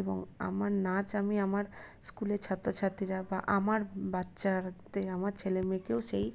এবং আমার নাচ আমি আমার স্কুলের ছাত্রছাত্রীরা বা আমার বাচ্চাদের আমার ছেলে মেয়েদেরকেও সেই